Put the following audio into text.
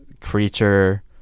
creature